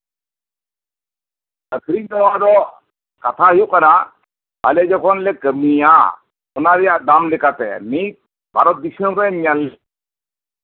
ᱟᱠᱷᱨᱤᱧ ᱛᱚᱣᱟ ᱫᱚ ᱠᱟᱛᱷᱟ ᱦᱩᱭᱩᱜ ᱠᱟᱱᱟ ᱟᱞᱮ ᱡᱚᱠᱷᱚᱱ ᱞᱮ ᱠᱟᱢᱤᱭᱟ ᱚᱱᱟ ᱨᱮᱭᱟᱜ ᱫᱟᱢ ᱞᱮᱠᱟᱛᱮ ᱢᱤᱫ ᱟᱨᱚᱵ ᱫᱤᱥᱚᱢ ᱨᱮ ᱧᱮᱞ